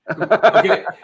Okay